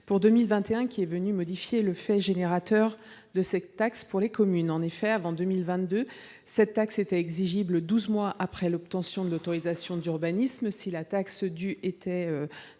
pour 2021, qui est venue modifier le fait générateur de cette taxe pour les communes. En effet, avant 2022, cette taxe était exigible douze mois après l’obtention de l’autorisation d’urbanisme si la taxe due était